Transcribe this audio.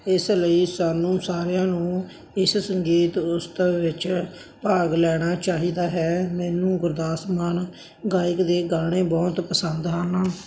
ਇਸ ਲਈ ਸਾਨੂੰ ਸਾਰਿਆਂ ਨੂੰ ਇਸ ਸੰਗੀਤ ਉਤਸਵ ਵਿੱਚ ਭਾਗ ਲੈਣਾ ਚਾਹੀਦਾ ਹੈ ਮੈਨੂੰ ਗੁਰਦਾਸ ਮਾਨ ਗਾਇਕ ਦੇ ਗਾਣੇ ਬਹੁਤ ਪਸੰਦ ਹਨ